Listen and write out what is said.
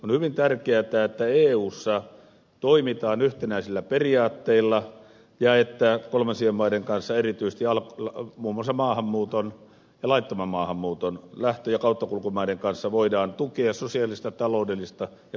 on hyvin tärkeätä että eussa toimitaan yhtenäisillä periaatteilla ja että kolmansien maiden kanssa erityisesti muun muassa maahanmuuton ja laittoman maahanmuuton lähtö ja kauttakulkumaiden kanssa voidaan tukea sosiaalista taloudellista ja kansanvaltaista kehitystä